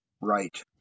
right